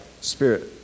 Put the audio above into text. spirit